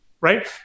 right